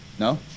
No